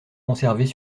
conservées